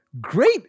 great